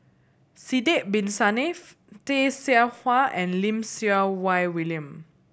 Sidek Bin Saniff Tay Seow Huah and Lim Siew Wai William